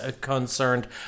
concerned